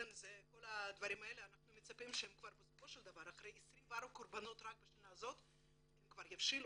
אנחנו מצפים שאחרי 24 קורבנות רק בשנה הזאת כבר יבשילו